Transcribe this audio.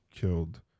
killed